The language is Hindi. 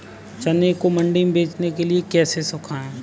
चने को मंडी में बेचने के लिए कैसे सुखाएँ?